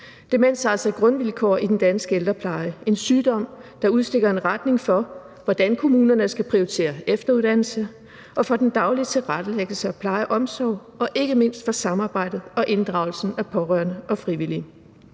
Demens er altså et grundvilkår i den danske ældrepleje, en sygdom, der udstikker en retning for, hvordan kommunerne skal prioritere efteruddannelse, for den daglige tilrettelæggelse af pleje og omsorg, og ikke mindst for samarbejde og inddragelsen af pårørende og frivillige.